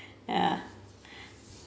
ya